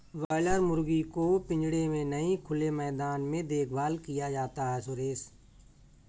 boiler मुर्गी को पिंजरे में नहीं खुले मैदान में देखभाल किया जाता है सुरेश